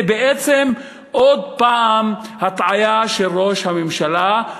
זה בעצם עוד הפעם הטעיה של ראש הממשלה,